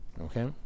okay